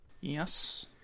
Yes